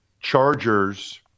Chargers –